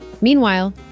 Meanwhile